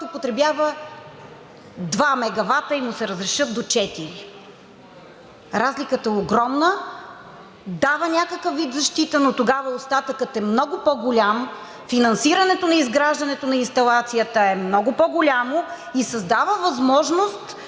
потребява два мегавата и му се разрешат до четири. Разликата е огромна, дава някакъв вид защита, но тогава остатъкът е много по-голям. Финансирането на изграждането на инсталацията е много по-голямо и създава възможност,